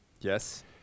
Yes